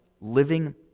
living